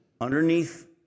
underneath